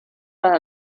para